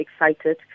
excited